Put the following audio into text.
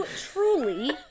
Truly